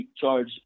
charge